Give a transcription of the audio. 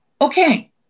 Okay